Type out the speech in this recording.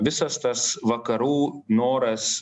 visas tas vakarų noras